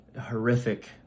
horrific